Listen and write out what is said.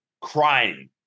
crying